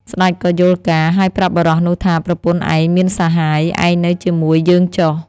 ស្ដេចក៏យល់ការណ៍ ហើយប្រាប់បុរសនោះថា “ប្រពន្ធឯងមានសហាយ ឯងនៅជាមួយយើងចុះ”។